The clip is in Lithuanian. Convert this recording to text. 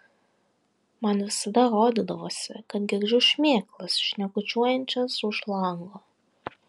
man visada rodydavosi kad girdžiu šmėklas šnekučiuojančias už lango